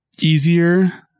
easier